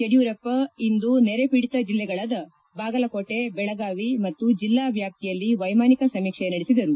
ಯಡಿಯೂರಪ್ಪ ಇಂದು ನೆರೆ ಪೀಡಿತ ಜಿಲ್ಲೆಗಳಾದ ಬಾಗಲಕೋಟೆ ಬೆಳಗಾವಿ ಮತ್ತು ಜಿಲ್ಲಾ ವ್ಲಾಪ್ತಿಯಲ್ಲಿ ವ್ಯೆಮಾನಿಕ ಸಮೀಕ್ಷೆ ನಡೆಸಿದರು